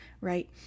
right